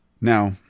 Now